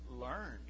learned